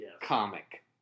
comic